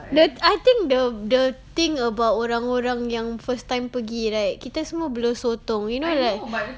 then I think the the thing about orang-orang yang first time kita semua bela sotong you know right